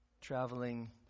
traveling